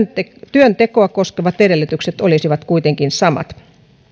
työntekoa koskevat edellytykset olisivat kuitenkin samat